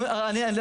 בדיוק.